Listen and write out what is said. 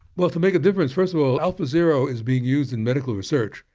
well, to make a difference first of all alpha zero is being used in medical research,